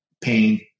pain